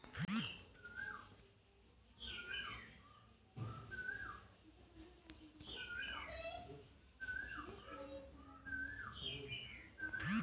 खाद क उपयोग सब फसल में करल जाला